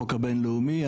החוק הבינלאומי,